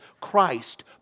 Christ